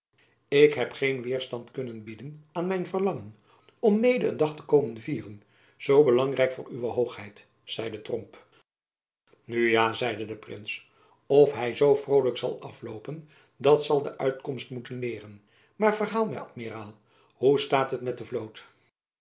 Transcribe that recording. ik heb geen weêrstand kunnen bieden aan mijn verlangen om mede een dag te komen vieren zoo belangrijk voor uwe hoogheid zeide tromp nu ja zeide de prins of hy zoo vrolijk zal afloopen dat zal de uitkomst moeten leeren maar verhaal my amiraal hoe staat het met de vloot